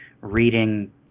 reading